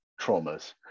traumas